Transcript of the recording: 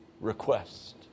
request